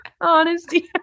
Honesty